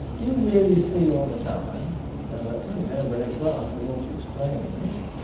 do you really see all the time though that doesn't go very far towards explaining it.